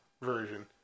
version